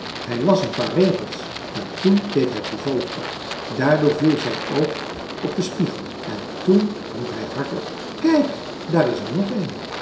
hij las een paar regels maar toen keek hij toevallig op daardoor viel zijn oog op den spiegel en toen riep hij hardop kijk daar is er nog een